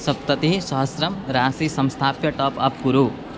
सप्ततिसहस्रं राशिं संस्थाप्य टाप् अप् कुरु